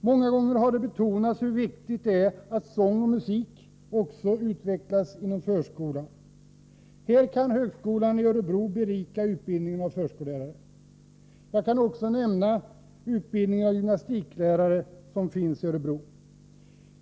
Många gånger har det betonats hur viktigt det är att sång och musik också utvecklas inom förskolan. Här kan högskolan i Örebro berika utbildningen av förskollärare. Jag kan också nämna utbildningen av gymnastiklärare som finns i Örebro.